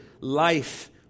life